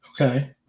Okay